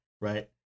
right